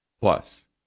Plus